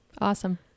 Awesome